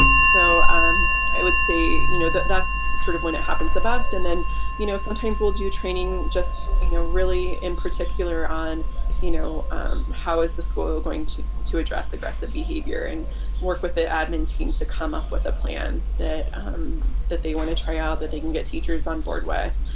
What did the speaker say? so um would say you know that's sort of when it happens the best and then you know sometimes we'll do training just you know really in particular on you know how is the school going to to address aggressive behavior and work with the admin team to come up with a plan that um that they want to try out that they can get teachers on board with.